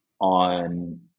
on